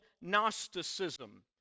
Gnosticism